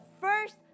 first